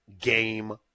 game